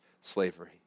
slavery